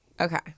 Okay